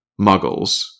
muggles